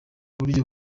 buryo